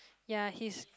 ya he is